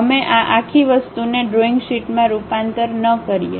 અમે આ આખી વસ્તુને ડ્રોઇંગશીટમાં રૂપાંતરિત ન કરીએ